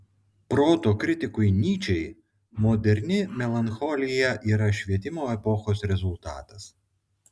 proto kritikui nyčei moderni melancholija yra švietimo epochos rezultatas